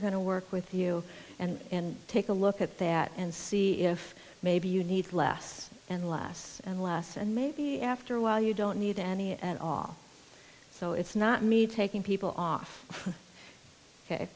are going to work with you and take a look at that and see if maybe you need less and less and less and maybe after a while you don't need any at all so it's not me taking people off ok